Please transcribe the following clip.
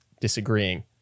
disagreeing